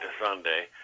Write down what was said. Sunday